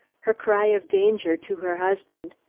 her cry of danger to her husband,